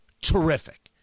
terrific